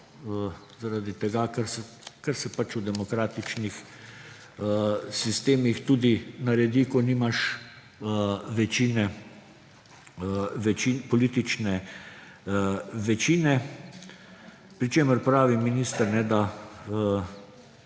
zaradi tega, ker se pač v demokratičnih sistemih tudi naredi, ko nimaš politične večine −, pri čemer pravi minister, da